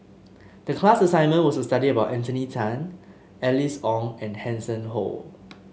the class assignment was to study about Anthony Then Alice Ong and Hanson Ho